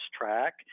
track